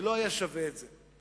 זה לא היה שווה את זה,